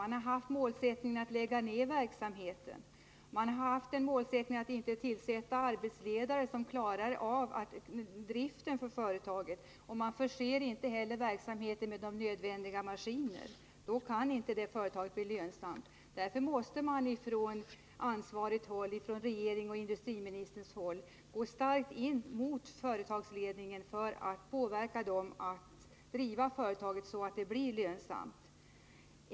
Man har haft målsättningen att lägga ned verksamheten och att inte tillsätta arbetsledare som klarar driften av företaget, och man förser inte heller verksamheten med de nödvändiga maskinerna. Och då kan inte detta företag bli lönsamt. Därför måste man från ansvarigt håll, dvs. regeringen och industriministern, gå in hårt mot företagsledningen för att påverka dem att driva företaget så att det blir lönsamt.